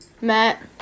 Matt